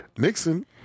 Nixon